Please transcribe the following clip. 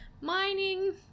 mining